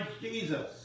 Jesus